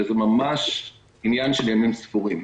זה ממש עניין של ימים ספורים.